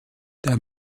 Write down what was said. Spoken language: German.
der